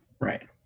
Right